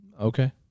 Okay